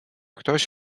ktoś